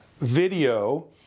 video